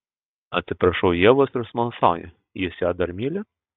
atsiprašau ievos ir smalsauju jis ją dar myli